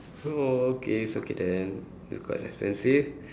oh okay it's okay then it's quite expensive